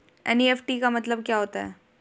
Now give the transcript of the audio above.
NEFT का मतलब क्या होता है?